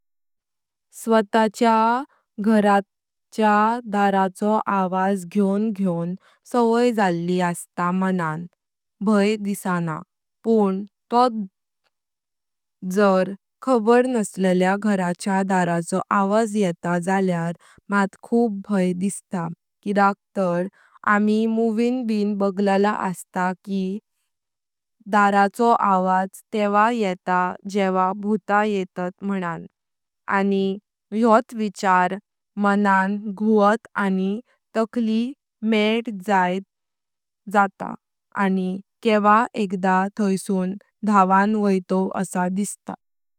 स्वताच्या घराच्या दरवाजाचो आवाज घ्योऊं घ्योऊं सवाई झाल्ली असता मनां भाई दिसाणा पण तोंत जाय खबर नसल्याचा घराच्या दरवाजाचो आवाज येता झाल्यार माट खयप भाई दिसता किद्याक तर आमी मोवियन बॅगला असता की दरवाजाचो आवाज तेव्हा येता जेव्हा भुतां येतां मनां, आनी योत विचार मनां घूवतात आनी तखली मद जात आनी केव्हा एकदा थाईसून धावण व्होटोव असां दिसता।